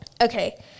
Okay